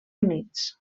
units